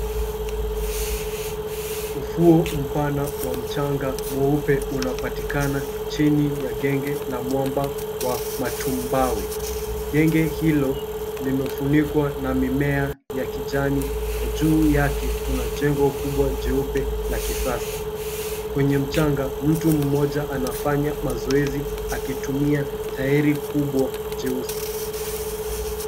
Ufuo mpana wa mchanga mweupe unapatikana chini ya genge la mwamba wa Matumbawe. Genge hilo limefunikwa na mimea ya kijani juu yake kuna jengo kubwa jeupe la kisasa. Kwenye mchanga mtu mmoja anafanya mazoezi akitumia tairi kubwa jeusi.